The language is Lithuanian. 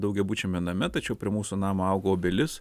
daugiabučiame name tačiau prie mūsų namo auga obelis